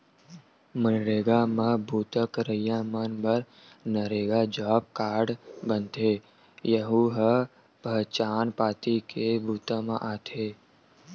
मनरेगा म बूता करइया मन बर नरेगा जॉब कारड बनथे, यहूं ह पहचान पाती के बूता म आथे